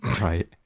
right